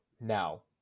Now